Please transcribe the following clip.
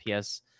ps